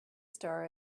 star